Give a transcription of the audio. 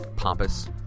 pompous